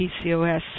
PCOS